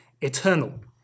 eternal